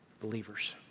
believers